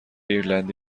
ایرلندی